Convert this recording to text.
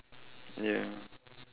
ya